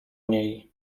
niej